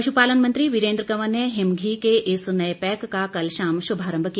पशु पालन मंत्री वीरेंद्र कवर ने हिम घी के इस नए पैक का कल शाम शुभारंभ किया